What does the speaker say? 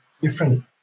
different